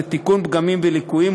זה תיקון פגמים וליקויים.